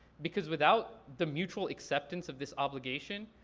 because without the mutual acceptance of this obligation,